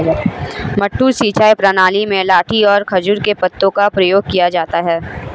मद्दू सिंचाई प्रणाली में लाठी और खजूर के पत्तों का प्रयोग किया जाता है